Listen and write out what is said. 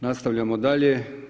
Nastavljamo dalje.